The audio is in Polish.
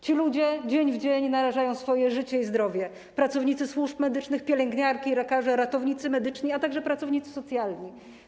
Ci ludzie dzień w dzień narażają swoje życie i zdrowie: pracownicy służb medycznych, pielęgniarki, lekarze, ratownicy medyczni, a także pracownicy socjalni.